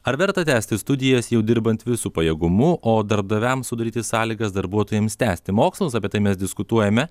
ar verta tęsti studijas jau dirbant visu pajėgumu o darbdaviams sudaryti sąlygas darbuotojams tęsti mokslus apie tai mes diskutuojame